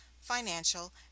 financial